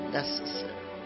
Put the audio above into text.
necessary